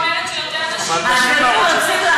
הסטטיסטיקה אומרת שיותר נשים, אבל נשים מה רוצות?